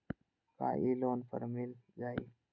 का इ लोन पर मिल जाइ?